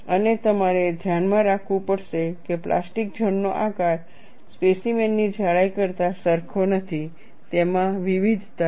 અને તમારે ધ્યાનમાં રાખવું પડશે કે પ્લાસ્ટિક ઝોન નો આકાર સ્પેસીમેન ની જાડાઈ કરતાં સરખો નથી તેમાં વિવિધતા છે